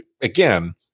again